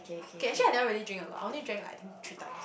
okay actually I never really drink a lot I only drank like three times